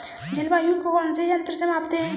जलवायु को कौन से यंत्र से मापते हैं?